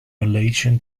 malaysian